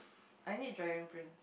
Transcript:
I need dragon prince